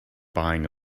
buying